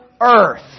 earth